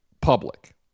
public